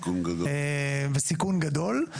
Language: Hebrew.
וסיכון גדול.